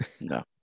No